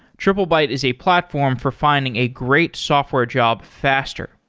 triplebyte is a platform for finding a great software job faster.